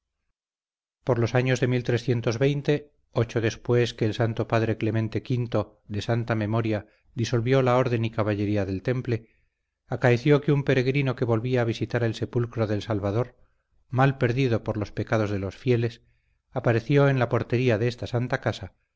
por los años de ocho después que el santo padre clemente v de santa memoria disolvió la orden y caballería del temple acaeció que un peregrino que volvía a visitar el sepulcro del salvador mal perdido por los pecados de los fieles apareció en la portería de esta santa casa